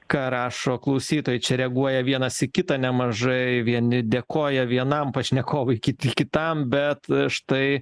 ką rašo klausytojai čia reaguoja vienas į kitą nemažai vieni dėkoja vienam pašnekovui kiti kitam bet štai